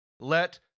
Let